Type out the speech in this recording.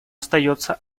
остается